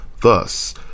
thus